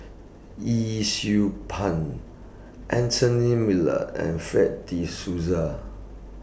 Yee Siew Pun Anthony Miller and Fred De Souza